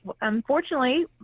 unfortunately